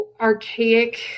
archaic